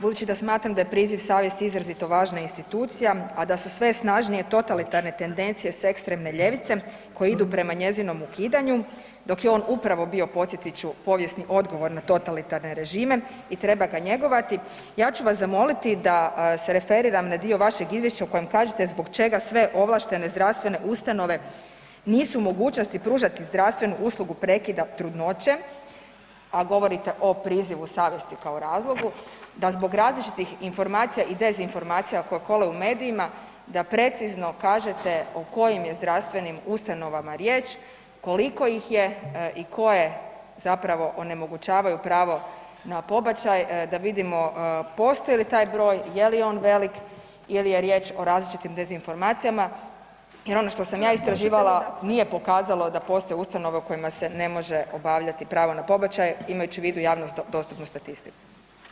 Budući da smatram da je priziv savjesti izrazito važna institucija, a da su sve snažnije totalitarne tendencije sa ekstremne ljevice koje idu prema njezinom ukidanju dok je on upravio bio podsjetit ću, povijesno odgovor na totalitarne režime i treba ga njegovati, ja ću vas zamoliti da se referiram na dio vašeg izvješća u kojem kažete zbog čega sve ovlaštene zdravstvene ustanove nisu u mogućnosti pružati zdravstvenu uslugu prekida trudnoće a govorite o prizivu savjesti kao razlogu, da zbog različitih informacija i dezinformacija koje kolaju u medijima, da precizno kažete o kojim je zdravstvenim ustanovama riječ, koliko ih je i koje zapravo onemogućavaju pravo na pobačaj, da vidimo postoji li taj broj, je li on velik ili je riječ o različitim dezinformacijama jer ono što sam ja istraživala, nije pokazalo da postoje ustanove u kojima se ne može obavljati pravo na pobačaj, imajući u vidu javno dostupnu statistiku.